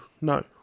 no